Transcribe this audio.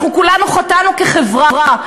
אנחנו כולנו חטאנו כחברה.